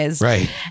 Right